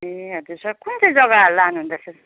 ए हजुर कुन चाहिँ जग्गा लानुहुँदैछ सर